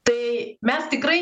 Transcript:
tai mes tikrai